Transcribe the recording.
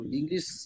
English